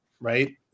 right